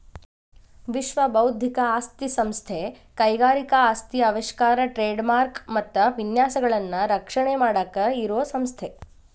ವಿಶ್ವ ಬೌದ್ಧಿಕ ಆಸ್ತಿ ಸಂಸ್ಥೆ ಕೈಗಾರಿಕಾ ಆಸ್ತಿ ಆವಿಷ್ಕಾರ ಟ್ರೇಡ್ ಮಾರ್ಕ ಮತ್ತ ವಿನ್ಯಾಸಗಳನ್ನ ರಕ್ಷಣೆ ಮಾಡಾಕ ಇರೋ ಸಂಸ್ಥೆ